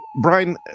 Brian